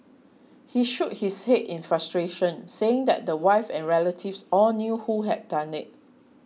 he shook his head in frustration saying that the wife and relatives all knew who had done it